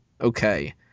Okay